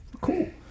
Cool